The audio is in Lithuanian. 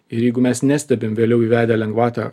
ir jeigu mes nestebim vėliau įvedę lengvatą